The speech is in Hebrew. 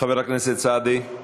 חבר הכנסת סעדי,